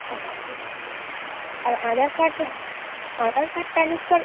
R Aadhaar card Aadhaar card transfer